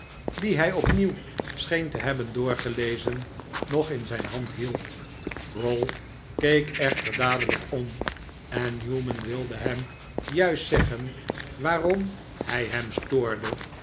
dien hij opnieuw scheen te hebben doorgelezen nog in zijn hand hield ralph keek echter dadelijk om en newman wilde hem juist zeggen waarom hij hem stoorde